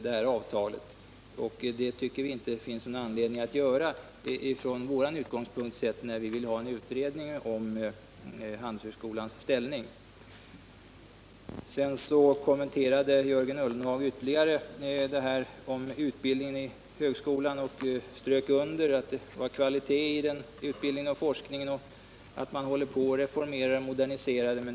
Från vår utgångspunkt sett tycker vi inte att det finns någon anledning att göra detta, när vi vill ha en utredning om Handelshögskolans ställning. Sedan kommenterade Jörgen Ullenhag ytterligare utbildningen i högskolan. Han strök under att det fanns kvalitet i denna utbildning och i forskningen och att man håller på med att reformera och modernisera.